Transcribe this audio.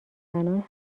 زنان